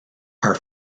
are